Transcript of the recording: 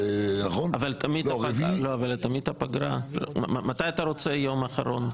מתי אתה רוצה שיהיה היום אחרון?